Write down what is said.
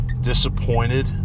disappointed